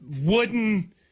wooden